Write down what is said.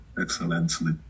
excellently